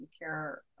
care